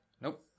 Nope